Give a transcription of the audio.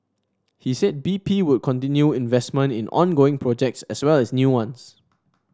he said B P would continue investment in ongoing projects as well as new ones